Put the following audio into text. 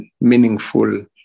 meaningful